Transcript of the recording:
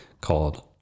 called